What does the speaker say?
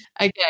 Okay